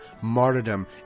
martyrdom